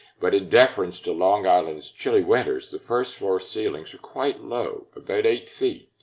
but in deference to long island's chilly winters, the first floor ceilings are quite low, about eight feet.